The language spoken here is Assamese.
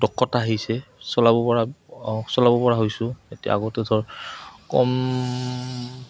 দক্ষতা আহিছে চলাব পৰা চলাব পৰা হৈছোঁ এতিয়া আগতে ধৰ কম